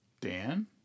Dan